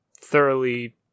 thoroughly